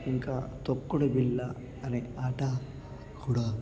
ఇంకా తొక్కుడు బిళ్ళ అనే ఆట కూడా